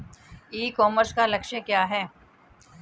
ई commerce का लक्ष्य क्या है?